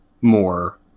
more